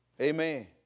Amen